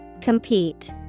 Compete